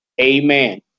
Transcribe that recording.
Amen